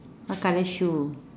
what colour shoe